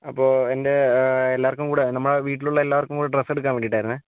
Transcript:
അപ്പോൾ എന്റെ എല്ലാവർക്കും കൂടെ നമ്മളെ വീട്ടിലുള്ള എല്ലാവർക്കും കൂടെ ഡ്രസ്സ് എടുക്കാൻ വേണ്ടിയിട്ടായിരുന്നേ